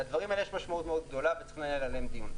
לדברים האלה יש משמעות מאוד גדולה וצריך לנהל עליהם דיון.